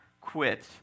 quit